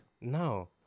No